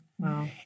Wow